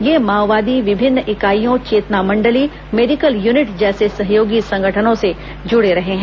ये माओवादी विभिन्न इकाईयों चेतना मंडली मेडिकल यूनिट जैसे सहयोगी संगठनों से जुड़े रहे हैं